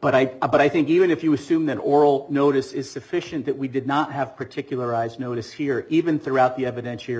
but i but i think even if you assume that oral notice is sufficient that we did not have particularized notice here even throughout the evidence you're